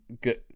good